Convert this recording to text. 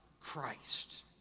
Christ